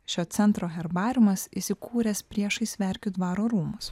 šio centro herbariumas įsikūręs priešais verkių dvaro rūmus